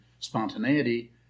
Spontaneity